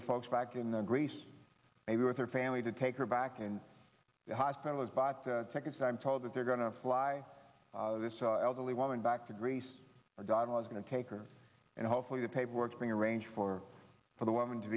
with folks back in the greece maybe with her family to take her back in the hospital has bought the tickets i'm told that they're going to fly this elderly woman back to greece adonal is going to take her and hopefully the paperwork being arranged for for the woman to